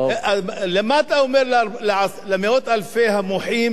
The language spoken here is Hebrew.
למה אתה אומר למאות אלפי המוחים